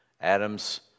Adam's